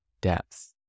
depth